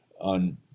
on